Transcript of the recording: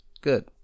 Good